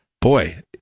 boy